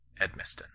Edmiston